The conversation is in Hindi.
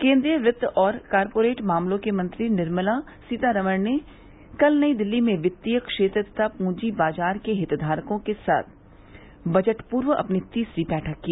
केन्द्रीय वित्त और कारपोरेट मामलों की मंत्री निर्मला सीतारमण ने कल नई दिल्ली में वित्तीय क्षेत्र तथा पूंजी बाजार के हितधारकों के साथ बजट पूर्व अपनी तीसरी बैठक की